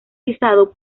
rizado